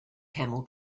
camel